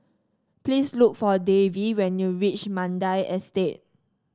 please look for Davy when you reach Mandai Estate